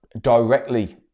directly